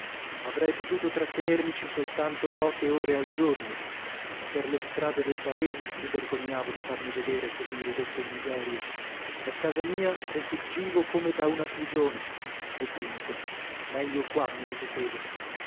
avrei potuto trattenermici soltanto poche ore al giorno ma per le strade del paese mi vergognavo di farmi vedere così ridotto in miseria da casa mia rifuggivo come da una prigione e dunque meglio qua mi ripetevo